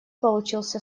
получился